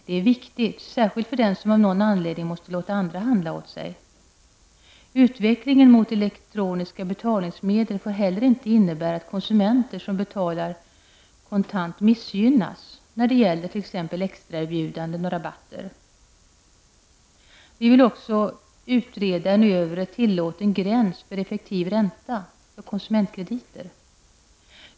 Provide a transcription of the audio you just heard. Den är viktig, särskilt för den som av någon anledning måste låta andra handla åt sig. Utvecklingen mot elektroniska betalningsmedel får heller inte innebära att konsumenter som betalar kontant missgynnas när det gäller t.ex. extraerbjudanden och rabatter. Vi vill också utreda en övre tillåten gräns för effektiv ränta för konsumentkrediter.